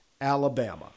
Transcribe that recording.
Alabama